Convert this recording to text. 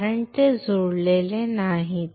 कारण ते जोडलेले नाहीत